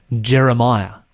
Jeremiah